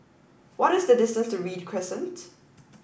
what is the distance to Read Crescent